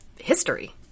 history